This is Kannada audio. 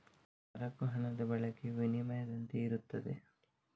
ಸರಕು ಹಣದ ಬಳಕೆಯು ವಿನಿಮಯದಂತೆಯೇ ಇರುತ್ತದೆ